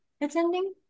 attending